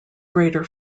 greater